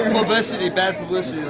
publicity bad publicity is